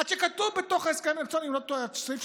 עד שכתוב בתוך ההסכם, אם אינני טועה בסעיף 33,